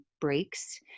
breaks